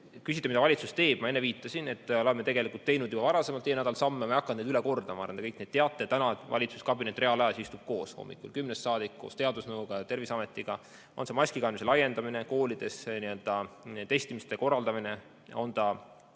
Küsite, mida valitsus teeb. Ma enne viitasin, et oleme tegelikult teinud juba varasemalt see nädal samme. Ma ei hakka neid üle kordama, arvan, et te kõik neid teate. Täna valitsuskabinet reaalajas istub koos hommikul kümnest saadik koos teadusnõukojaga ja Terviseametiga: on see maskikandmise laiendamine, koolides testimise korraldamine või